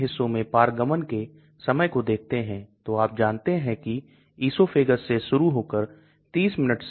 IV मैं अपर्याप्त घुलनशीलता क्योंकि भले ही दवा को इंट्रावेनस दिया गया है यह ठोस अवस्था में नहीं हो सकती है इसको पूर्णतया घुलना होगा